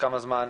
כמה זמן,